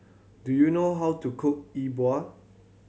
do you know how to cook E Bua